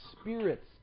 spirits